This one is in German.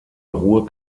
ruhr